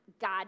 God